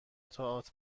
تئاتر